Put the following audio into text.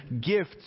gifts